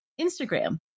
Instagram